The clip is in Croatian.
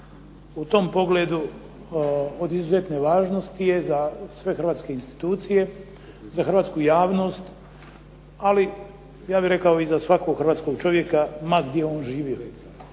u tom pogledu od izuzetne važnosti je za sve hrvatske institucije, za hrvatsku javnost ali ja bih rekao i za svakog hrvatskog čovjeka ma gdje on živio.